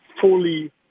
fully